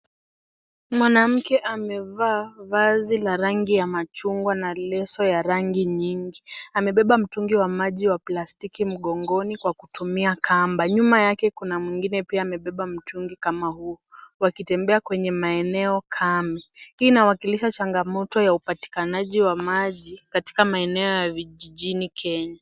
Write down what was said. Mwanamke amevaa vazi la rangi ya machungwa na leso ya rangi nyingi. Amebeba mtungi wa maji wa plastiki mgongoni kwa kutumia kamba. Nyuma yake kuna mwingine pia amebeba mtungi kama huo wakitembea kwenye maeneo kame. Hii imawakalisha changamoto ya upatikanaji wa maji katika maeneo ya vijijini Kenya.